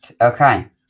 Okay